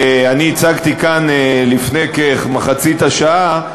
שאני הצגתי כאן לפני כמחצית השעה,